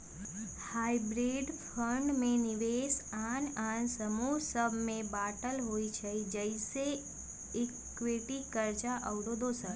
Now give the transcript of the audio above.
hybrid fund में निवेश आन आन समूह सभ में बाटल होइ छइ जइसे इक्विटी, कर्जा आउरो दोसर